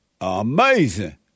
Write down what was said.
Amazing